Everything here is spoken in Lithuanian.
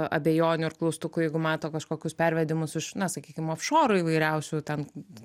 abejonių ir klaustukų jeigu mato kažkokius pervedimus iš na sakykim ofšorų įvairiausių ten